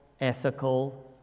ethical